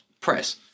press